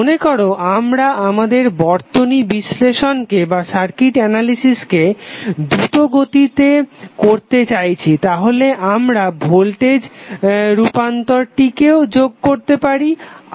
মনে করো আমরা আমাদের বর্তনী বিশ্লেষণকে দ্রুত গতিতেতে করতে চাইছি তাহলে আমরা ভোল্টেজ রূপান্তরটিকেও যোগ করতে পারি